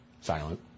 Silent